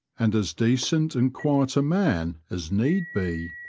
and as decent and quiet a man as need be.